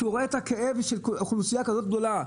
הוא רואה את הכאב של אוכלוסייה כזאת גדולה,